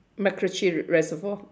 macritchie reservoir